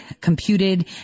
computed